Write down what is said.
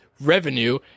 revenue